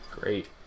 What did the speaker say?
great